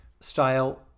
style